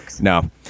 No